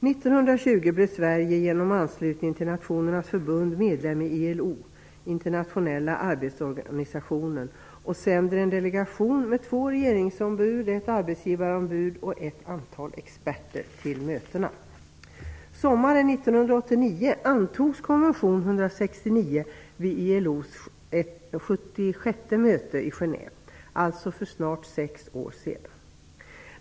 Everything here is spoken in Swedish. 1920 blev Sverige genom anslutning till Nationernas förbund medlem i ILO, Internationella arbetsorganisationen, och sände en delegation med två regeringsombud, ett arbetsgivarombud och ett antal experter till mötena. Sommaren 1989 antogs konvention 169 vid ILO:s 76:e möte i Genève, alltså för snart sex år sedan.